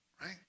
right